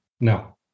no